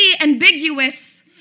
ambiguous